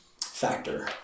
factor